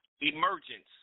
emergence